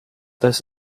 this